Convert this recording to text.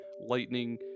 lightning